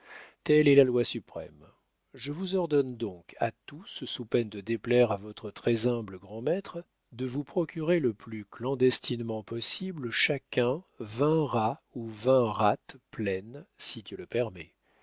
telle est la loi suprême je vous ordonne donc à tous sous peine de déplaire à votre très-humble grand-maître de vous procurer le plus clandestinement possible chacun vingt rats ou vingt rates pleines si dieu le permet